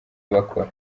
bakora